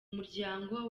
muryango